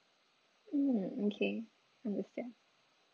mm okay understand